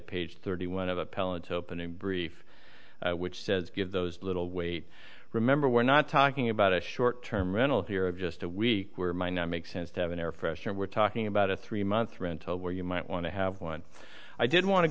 page thirty one of appellate opening brief which says give those little weight remember we're not talking about a short term rental here of just a week where might not make sense to have an air freshener we're talking about a three month rental where you might want to have one i did want to